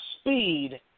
speed